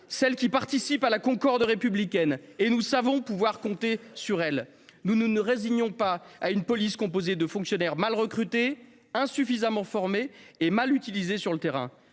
celle qui participe à la concorde républicaine, et nous savons pouvoir compter sur elle. Nous ne nous résignons pas à une police composée de fonctionnaires mal recrutés, insuffisamment formés et mal utilisés sur le terrain.